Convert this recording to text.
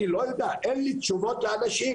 אני לא יודע אין לי תשובות לאנשים.